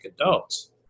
adults